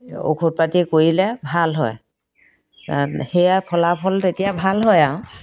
ঔষধ পাতি কৰিলে ভাল হয় সেয়া ফলাফল তেতিয়া ভাল হয় আৰু